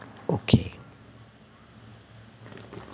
okay